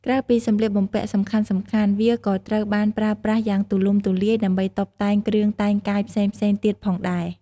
ក្រៅពីសម្លៀកបំពាក់សំខាន់ៗវាក៏ត្រូវបានប្រើប្រាស់យ៉ាងទូលំទូលាយ ដើម្បីតុបតែងគ្រឿងតែងកាយផ្សេងៗទៀតផងដែរ។